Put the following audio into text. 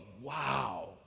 wow